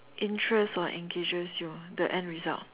interests or engages you the end result